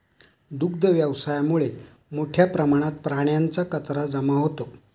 दुग्ध व्यवसायामुळे मोठ्या प्रमाणात प्राण्यांचा कचरा जमा होतो